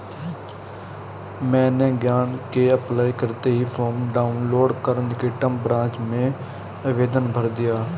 मैंने ऋण के अप्लाई करते ही फार्म डाऊनलोड कर निकटम ब्रांच में आवेदन भर दिया